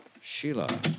Sheila